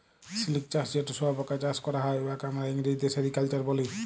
সিলিক চাষ যেট শুঁয়াপকা চাষ ক্যরা হ্যয়, উয়াকে আমরা ইংরেজিতে সেরিকালচার ব্যলি